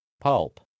Pulp